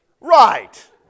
Right